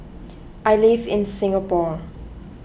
I live in Singapore